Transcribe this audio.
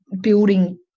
building